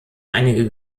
einige